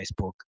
Facebook